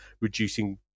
reducing